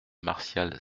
martial